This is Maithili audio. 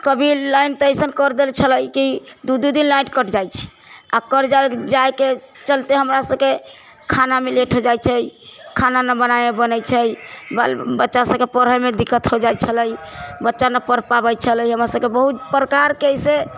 कभी लाइन तऽ अइसन कर देले छलै कि दू दू दिन लाइट कटि जाइ छै आओर कटि जाइके चलते हमरा सबके खानामे लेट हो जाइ छै खाना नहि बनाबे बनै छै बाल बच्चा सबकेँ पढ़ेमे दिक्कत हो जाइ छलै बच्चा ने पढ़ पाबै छलै हमरा सबके बहुत प्रकारसँ